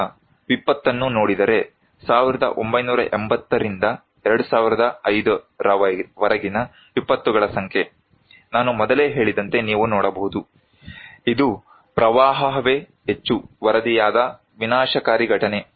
ಈಗ ವಿಪತ್ತನ್ನು ನೋಡಿದರೆ 1980 ರಿಂದ 2005 ರವರೆಗಿನ ವಿಪತ್ತುಗಳ ಸಂಖ್ಯೆ ನಾನು ಮೊದಲೇ ಹೇಳಿದಂತೆ ನೀವು ನೋಡಬಹುದು ಇದು ಪ್ರವಾಹವೇ ಹೆಚ್ಚು ವರದಿಯಾದ ವಿನಾಶಕಾರಿ ಘಟನೆ